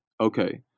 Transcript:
Okay